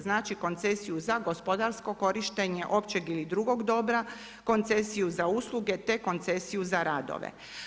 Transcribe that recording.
Znači koncesiju za gospodarsko korištenje općeg ili drugog dobra, koncesiju za usluge, te koncesiju za radove.